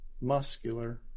muscular